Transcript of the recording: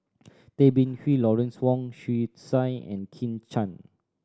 Tay Bin Wee Lawrence Wong Shyun Tsai and Kit Chan